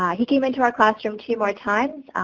he came into our classroom two more times.